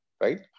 right